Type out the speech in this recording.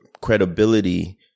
credibility